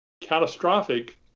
catastrophic